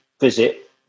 visit